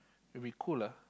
will be cool lah